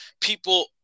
people